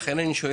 לכן אני שואל,